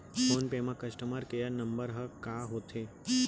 Phone पे म customer care number ह का होथे?